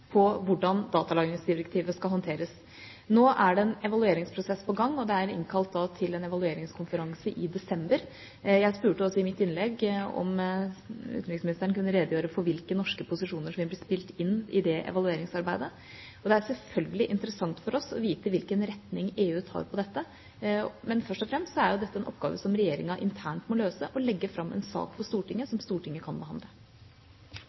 på hvordan datalagringsdirektivet skal håndteres. Nå er det en evalueringsprosess på gang, og det er innkalt til en evalueringskonferanse i desember. Jeg spurte også i mitt innlegg om utenriksministeren kunne redegjøre for hvilke norske posisjoner som vil bli spilt inn i det evalueringsarbeidet. Det er selvfølgelig interessant for oss å vite hvilken retning EU tar her. Men først og fremst er dette en oppgave som regjeringa internt må løse, og legge fram en sak for Stortinget som Stortinget kan behandle.